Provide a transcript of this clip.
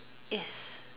yes